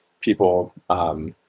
people